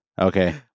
Okay